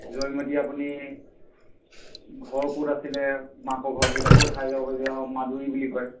জয়মতী আপুনি ঘৰ ক'ত আছিলে মাকৰ ঘৰ সেইডোখৰো চাই যাব যে হক মাদুৰী বুলি কয়